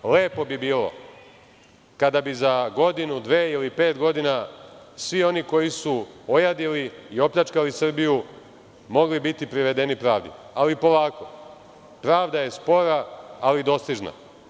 Lepo bi bilo kada bi za godinu, dve ili pet godina svi oni koji su ojadili i opljčkali Srbiju mogli biti privedeni pravdi, ali, polako, pravda je spora, ali dostižna.